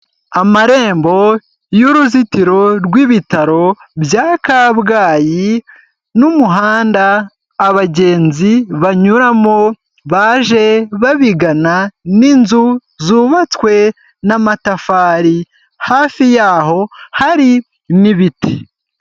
Amarembo y'uruzitiro rw'ibitaro bya Kabgayi n'umuhanda abagenzi banyuramo baje babigana n'inzu zubatswe n'amatafari, hafi yaho hari n'ibiti.